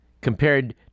compared